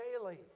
daily